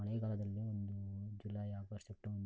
ಮಳೆಗಾದಲ್ಲಿ ಒಂದು July August September